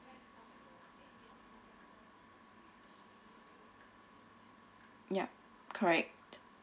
yup correct